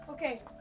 Okay